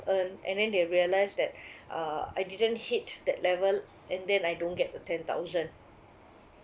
earned and then they realise that uh I didn't hit that level and then I don't get the ten thousand